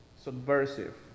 subversive